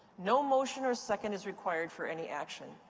no motion or second is required for any action.